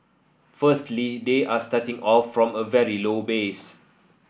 firstly they are starting off from a very low base